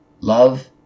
love